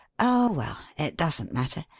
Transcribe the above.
oh, well, it doesn't matter.